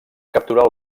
capturar